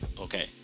okay